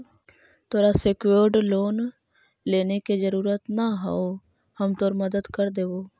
तोरा secured loan लेने के जरूरत न हो, हम तोर मदद कर देबो